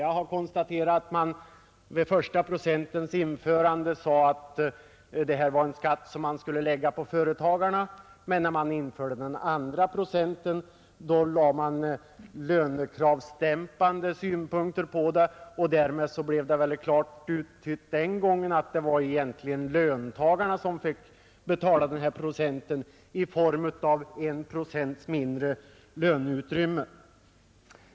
Jag har konstaterat att man vid första procentens införande sade, att detta var en skatt som man skulle lägga på företagarna. Men när man införde den andra procenten, lade man lönekravsdämpande synpunkter på det, och därmed blev det väl klart utsagt den gången, att det var löntagarna som fick betala den andra procenten i form av en procents mindre löneutrymme.